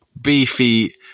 beefy